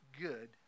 good